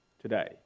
today